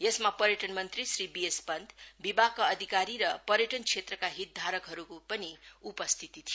यसमा पर्यटन मन्त्री श्री बीएस पन्त विभागका अधिकारी र पर्यटन क्षेत्रका हितधारकहरूको पनि उपस्थिति थियो